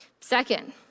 Second